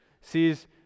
sees